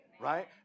right